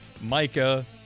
Micah